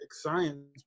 science